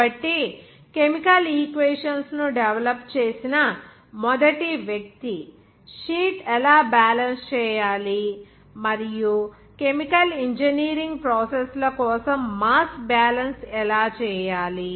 కాబట్టి chemical equations ను develop చేసిన మొదటి వ్యక్తి షీట్ ఎలా బ్యాలెన్స్ చేయాలి మరియు కెమికల్ ఇంజనీరింగ్ ప్రాసెస్ ల కోసం మాస్ బ్యాలెన్స్ ఎలా చేయాలి